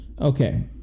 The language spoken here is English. Okay